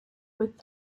with